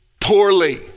poorly